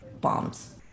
bombs